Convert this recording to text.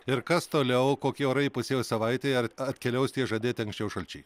ir kas toliau kokie orai įpusėjus savaitei ar atkeliaus tie žadėti anksčiau šalčiai